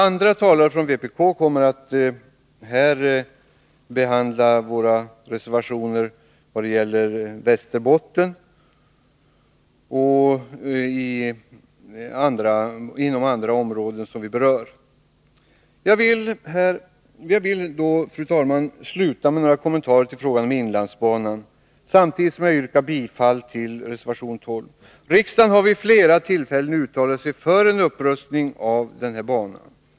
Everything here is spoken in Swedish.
Andra talare från vpk kommer att behandla våra reservationer som gäller Västerbotten och andra områden som berörs här. Jag vill, fru talman, sluta med några kommentarer till frågan om inlandsbanan, samtidigt som jag yrkar bifall till reservation nr 12. Riksdagen har vid flera tillfällen uttalat sig för en upprustning av denna bana.